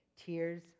tears